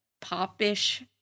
pop-ish